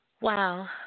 Wow